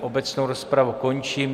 Obecnou rozpravu končím.